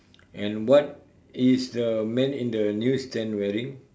and what is the man in the news stand wearing